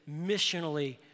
missionally